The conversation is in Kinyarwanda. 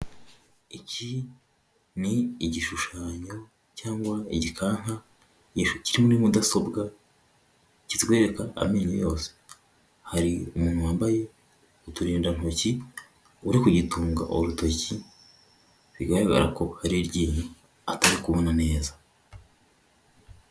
Iki ni igishushanyo cyangwa igikanka kiri muri mudasobwa kitwereka amenyo yose. Hari umuntu wambaye uturindantoki, uri kugitunga urutoki ,bigaragara ko ari iryinyo atari kubona neza.